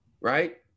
right